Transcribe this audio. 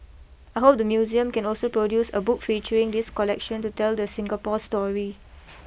I hope the museum can also produce a book featuring this collection to tell the Singapore story